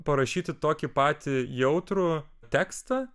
parašyti tokį patį jautrų tekstą